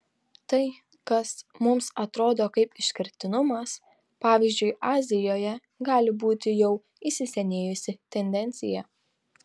tai kas mums atrodo kaip išskirtinumas pavyzdžiui azijoje gali būti jau įsisenėjusi tendencija